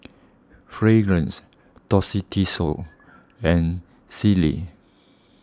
Fragrance Tostitos and Sealy